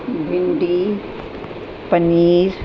भिंडी paneer